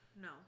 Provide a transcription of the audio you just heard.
No